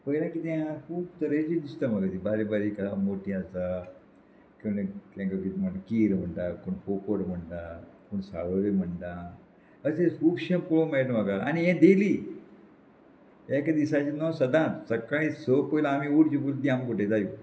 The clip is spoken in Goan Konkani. पयलें कितें आहा खूब तरेचीं दिसता म्हाका तीं बारीक बारीक हा मोठीं आसा कोणें तेंका कितें म्हणटा कीर म्हणटा कोण पोपोट म्हणटा कोण साळोळी म्हणटा अशें खुबशें पळोवंक मेळटा म्हाका आनी हें डेयली एक दिसाचें न सदांच सकाळीं स पयलें आमी उठचे पयलीं तीं आमकां उठयता येवून